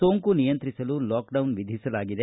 ಸೋಂಕು ನಿಯಂತ್ರಿಸಲು ಲಾಕ್ಡೌನ್ ವಿಧಿಸಲಾಗಿದೆ